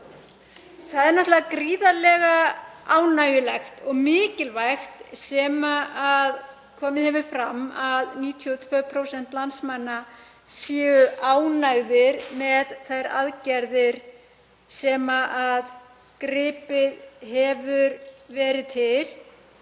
Það er náttúrlega gríðarlega ánægjulegt og mikilvægt sem komið hefur fram, að 92% landsmanna séu ánægð með þær aðgerðir sem gripið hefur verið til.